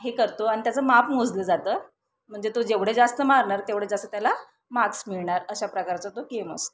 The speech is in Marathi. हे करतो आणि त्याचं माप मोजलं जातं म्हणजे तो जेवढे जास्त मारणार तेवढे जास्त त्याला माक्स मिळणार अशा प्रकारचा तो गेम असतो